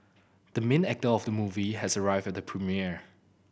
the main actor of the movie has arrived at the premiere